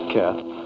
Kath